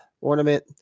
ornament